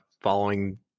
following